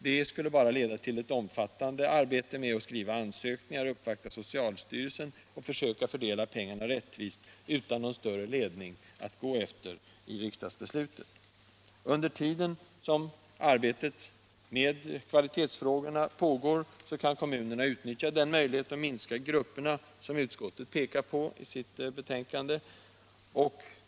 Det skulle bara leda till ett omfattande arbete med att skriva ansökningar, uppvakta socialstyrelsen och försöka fördela pengarna rättvist, utan någon större ledning i riksdagens beslut. Under den tid arbetet med kvalitetsfrågorna pågår kan kommunerna utnyttja den möjlighet att minska grupperna som utskottet pekar på i sitt betänkande.